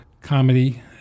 comedy